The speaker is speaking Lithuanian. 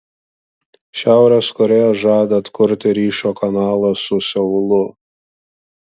šiaurės korėja žada atkurti ryšio kanalą su seulu